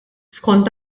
skont